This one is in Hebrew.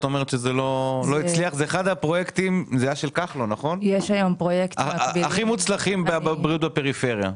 זה היה אחד הפרויקטים הכי מוצלחים בבריאות בפריפריה.